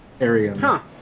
area